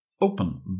open